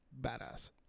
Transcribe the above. badass